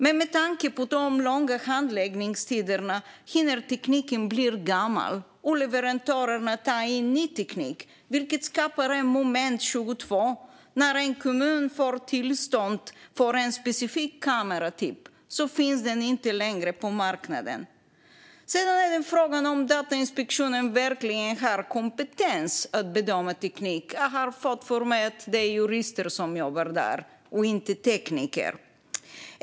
Men med tanke på de långa handläggningstiderna hinner tekniken bli gammal och leverantörerna ta in ny teknik. Det skapar ett moment 22. När en kommun får tillstånd för en specifik kameratyp finns den inte längre på marknaden. Sedan är frågan om Datainspektionen verkligen har kompetens att bedöma teknik. Jag har fått för mig att det är jurister som jobbar där och inte tekniker.